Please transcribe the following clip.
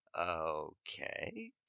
okay